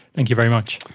thank you very much.